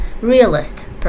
realist